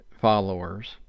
followers